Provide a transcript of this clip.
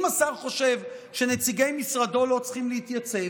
אם השר חושב שנציגי משרדו לא צריכים להתייצב,